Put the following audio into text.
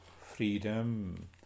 freedom